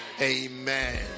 amen